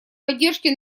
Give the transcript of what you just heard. поддержки